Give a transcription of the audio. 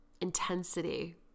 intensity